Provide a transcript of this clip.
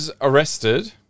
arrested